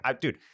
Dude